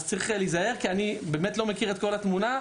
אז צריך להיזהר כי אני לא מכיר את כל התמונה.